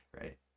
right